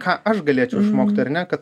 ką aš galėčiau išmokt ar ne kad